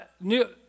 new